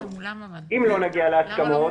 אם לא נגיע להסכמות,